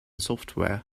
software